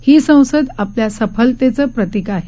ही संसद आपल्या सफलतेचं प्रतिक आहे